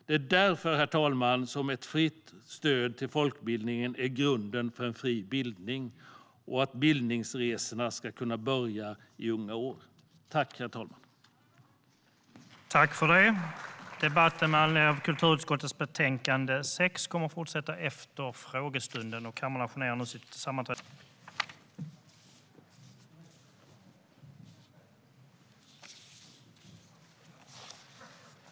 Det är därför, herr talman, som ett fritt stöd till folkbildningen är grunden för en fri bildning och för att bildningsresorna ska kunna börja i unga år. Spel och folk-bildningsfrågor